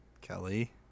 kelly